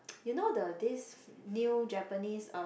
you know the this new Japanese uh